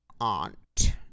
aunt